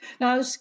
Now